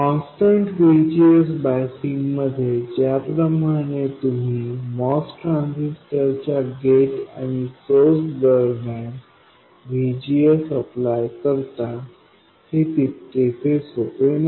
constant VGS biasing मध्ये ज्याप्रमाणे तुम्ही MOS ट्रान्झिस्टर च्या गेट आणि सोर्स दरम्यान VGS अप्लाय करता हे तितकेसे सोपे नाही